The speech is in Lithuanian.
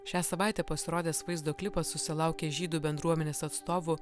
šią savaitę pasirodęs vaizdo klipas susilaukė žydų bendruomenės atstovų